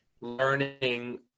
learning